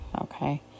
Okay